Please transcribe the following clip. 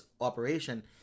operation